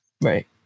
right